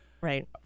Right